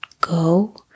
go